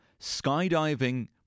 skydiving